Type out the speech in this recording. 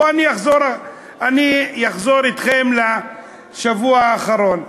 אני אחזור אתכם לשבוע האחרון.